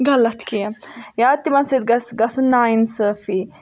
غلط کیٚنٛہہ یا تِمن سۭتۍ گَژھِ گَژھٕنۍ نا انِصٲفی